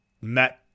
met